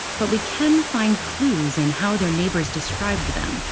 but we can find clues in how their neighbors described them,